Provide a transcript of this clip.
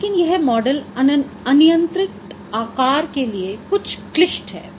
लेकिन यह मॉडल अनियंत्रित आकार के लिए कुछ क्लिष्ट है